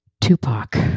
Tupac